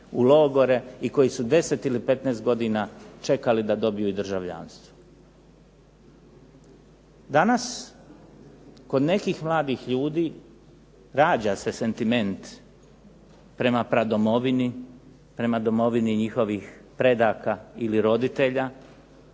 u logore i koji su 10 ili 15 godina čekali da dobiju državljanstvo. Danas kod nekih mladih ljudi rađa se sentiment prema pradomovini, prema domovini njihovih predaka ili roditelja,